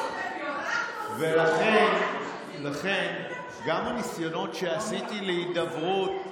ולכן, גם הניסיונות שעשיתי להידברות,